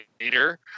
later